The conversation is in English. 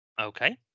Okay